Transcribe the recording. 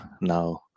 now